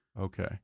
Okay